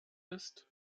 ist